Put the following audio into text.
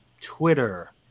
Twitter